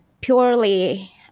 purely